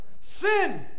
Sin